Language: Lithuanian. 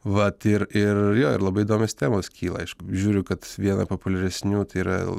vat ir ir jo ir labai įdomios temos kyla aišku žiūriu kad viena populiaresnių tai yra